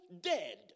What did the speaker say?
dead